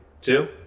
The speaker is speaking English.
Two